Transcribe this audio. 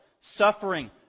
suffering